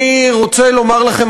אני רוצה לומר לכם,